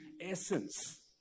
essence